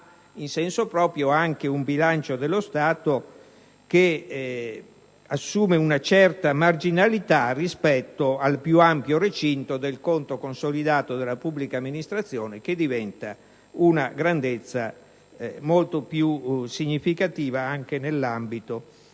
In senso proprio, si tratta anche di un bilancio dello Stato che assume una certa marginalità rispetto al più ampio recinto del conto consolidato della pubblica amministrazione, che diventa una grandezza molto più significativa anche nell'ambito